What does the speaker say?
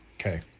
Okay